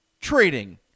Trading